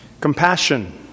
Compassion